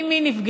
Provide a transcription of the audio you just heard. עם מי נפגשו,